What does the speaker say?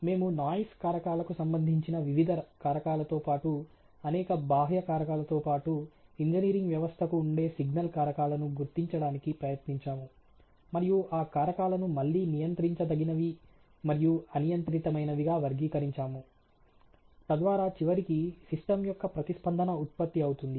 మేము నాయిస్ కారకాలకు సంబంధించిన వివిధ కారకాలతో పాటు అనేక బాహ్య కారకాలతో పాటు ఇంజనీరింగ్ వ్యవస్థ కు ఉండే సిగ్నల్ కారకాలను గుర్తించడానికి ప్రయత్నించాము మరియు ఆ కారకాలను మళ్ళీ నియంత్రించదగినవి మరియు అనియంత్రితమైనవిగా వర్గీకరించాము తద్వారా చివరికి సిస్టమ్ యొక్క ప్రతిస్పందన ఉత్పత్తి అవుతుంది